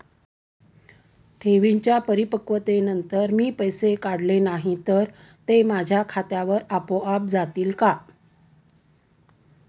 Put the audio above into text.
ठेवींच्या परिपक्वतेनंतर मी पैसे काढले नाही तर ते माझ्या खात्यावर आपोआप जातील का?